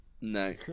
no